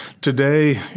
today